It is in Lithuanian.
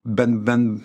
bent bent